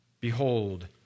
Behold